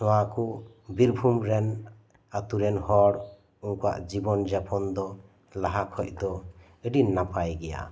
ᱱᱚᱶᱟ ᱠᱩ ᱵᱤᱨᱵᱷᱩᱢ ᱨᱮᱱ ᱟᱛᱳᱨᱮᱱ ᱦᱚᱲ ᱩᱱᱠᱩᱭᱟᱜ ᱡᱤᱵᱚᱱ ᱡᱟᱯᱚᱱ ᱫᱚ ᱞᱟᱦᱟ ᱠᱷᱚᱡ ᱫᱚ ᱟᱹᱰᱤ ᱱᱟᱯᱟᱭ ᱜᱮᱭᱟ